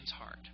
heart